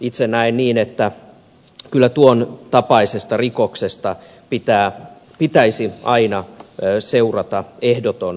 itse näen niin että kyllä tuon tapaisesta rikoksesta pitäisi aina seurata ehdoton vankeusrangaistus